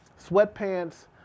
sweatpants